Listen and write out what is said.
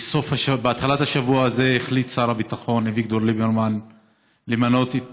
בהתחלת השבוע הזה החליט שר הביטחון אביגדור ליברמן למנות את